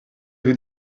vous